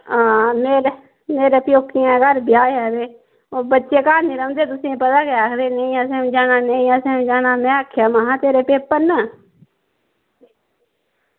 आं मेरा मेरे प्यौकियें दे घर ब्याह् ऐ ते बच्चे घर निं रौहंदे तुसेंगी पता गै ते निं असें निं जाना असें निं जाना ते आक्खेआ में हा तेरे पेपर न